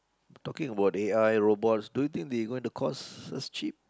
talking about A_I robots do you think they gonna cost us cheap